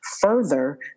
further